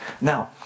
Now